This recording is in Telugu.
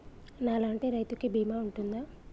నా లాంటి రైతు కి బీమా ఉంటుందా?